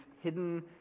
hidden